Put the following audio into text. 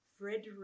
Frederick